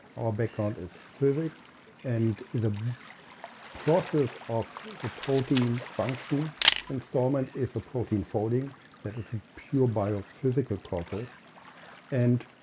our background is physics and is a process of the ah protein function installment is the protein folding that is a pure biophysical process and